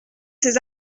ces